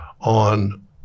on